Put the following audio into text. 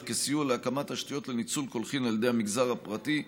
כסיוע להקמת תשתיות לניצול קולחים על ידי המגזר הפרטי,